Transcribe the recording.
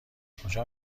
کجا